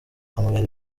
amubera